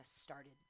started